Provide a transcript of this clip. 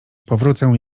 powrócę